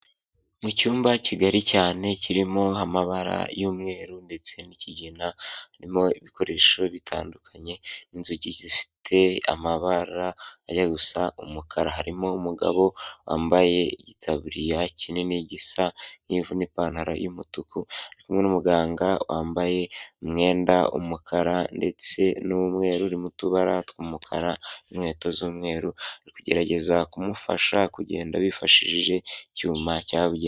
Mu cyumba kigari cyane kirimo amabara y'umweru ndetse n'ikigina, harimo ibikoresho bitandukanye, inzugi zifite amabara ajya gusa umukara, harimo umugabo wambaye igitaburiya kinini gisa nk'ivu n'ipantaro y'umutuku, harimo n'umuganga wambaye umwenda w'umukara ndetse n'umweru, urimo utubara tw'umukara n'inkweto z'umweru, uri kugerageza kumufasha kugenda yifashishije icyuma cyabugenewe.